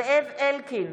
זאב אלקין,